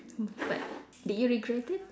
but did you regret it